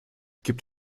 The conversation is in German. gibt